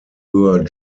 were